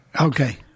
Okay